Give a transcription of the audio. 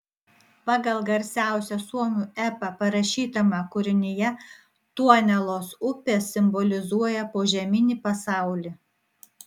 pagal garsiausią suomių epą parašytame kūrinyje tuonelos upė simbolizuoja požeminį pasaulį